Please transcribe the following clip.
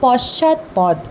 পশ্চাৎপদ